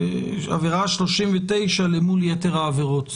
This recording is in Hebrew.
עבירה 39 אל מול יתר העבירות.